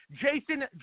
Jason